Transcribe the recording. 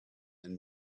and